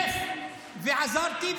חלק מכם ביקש, ועזרתי.